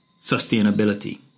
sustainability